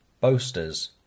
boasters